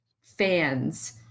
fans